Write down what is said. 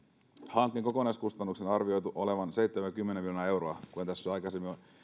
hankkeen kokonaiskustannuksen on arvioitu olevan seitsemän viiva kymmenen miljoonaa euroa kuten tässä on aikaisemmin